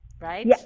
Right